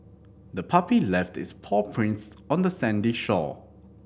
the puppy left its paw prints on the sandy shore